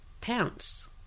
pounce